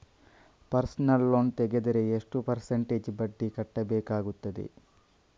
Personal loan ತೆಗೆದರೆ ಎಷ್ಟು percentage ಬಡ್ಡಿ ಕಟ್ಟಬೇಕಾಗುತ್ತದೆ?